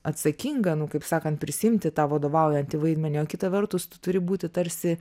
atsakinga nu kaip sakant prisiimti tą vadovaujantį vaidmenį o kita vertus turi būti tarsi